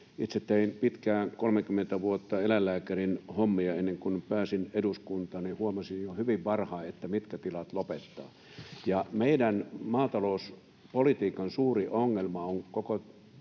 itse tein pitkään, 30 vuotta, eläinlääkärin hommia, ennen kuin pääsin eduskuntaan, niin huomasin jo hyvin varhain, mitkä tilat lopettavat. Meidän maatalouspolitiikan suuri ongelma on koko